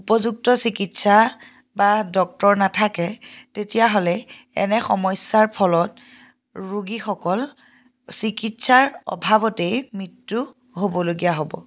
উপযুক্ত চিকিৎসা বা ডক্তৰ নাথাকে তেতিয়াহ'লে এনে সমস্যাৰ ফলত ৰোগীসকল চিকিৎসাৰ অভাৱতেই মৃত্যু হ'বলগীয়া হ'ব